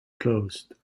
closed